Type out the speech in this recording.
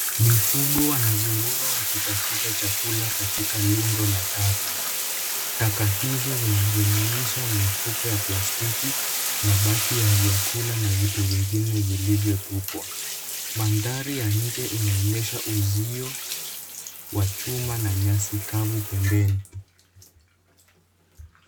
Mifugo wanazurura wakitafuta chakula katika rundo la taka. Taka hizo zinajumuisha mifuko ya plastiki, mabaki ya vyakula na vitu vingine vilivyotupwa. Mandhari ya nje inaonyesha uzio wa chuma na nyasi kavu pembeni.